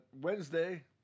Wednesday